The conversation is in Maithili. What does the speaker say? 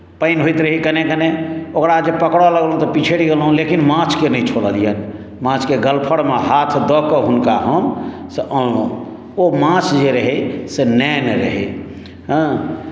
पानि होइत रहै कने कने ओकरा जे पकड़य लगलहुँ तऽ पिछड़ि गेलहुँ लेकिन माछकेँ नहि छोड़लियनि माछके गलफड़मे हाथ दऽ कऽ हुनका हम से अनलहुँ ओ माछ जे रहै से नैन रहै हँ